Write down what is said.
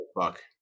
Fuck